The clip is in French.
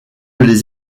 les